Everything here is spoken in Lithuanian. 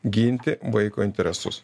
ginti vaiko interesus